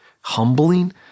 humbling